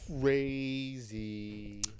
crazy